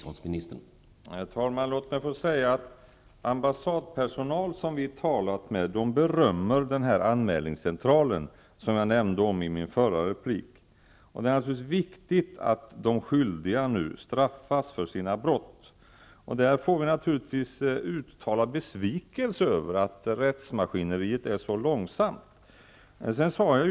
Herr talman! Ambassadpersonal som vi talat med berömmer den anmälningscentral som jag nämnde i mitt förra inlägg. Det är naturligtvis viktigt att de skyldiga nu straffas för sina brott. Vi får uttala besvikelse över att rättsmaskineriet är så långsamt. Herr talman!